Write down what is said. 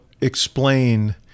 explain